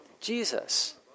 Jesus